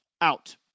out